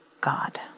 God